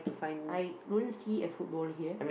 I don't see a football here